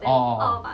orh orh orh